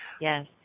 Yes